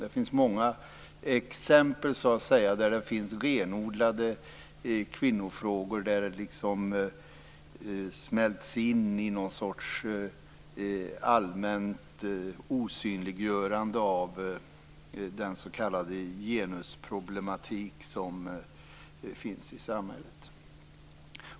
Det finns många exempel på renodlade kvinnofrågor som smälts in i något slags allmänt osynliggörande av det s.k. genusproblem som finns i samhället.